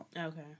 Okay